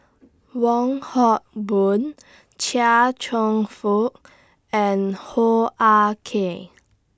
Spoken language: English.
Wong Hock Boon Chia Cheong Fook and Hoo Ah Kay